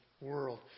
world